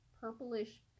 purplish